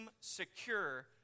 secure